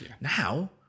Now